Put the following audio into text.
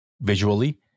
visually